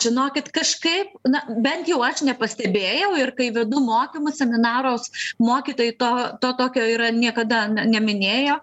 žinokit kažkaip na bent jau aš nepastebėjau ir kai vedu mokymus seminarus mokytojai to to tokio yra niekada neminėjo